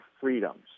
freedoms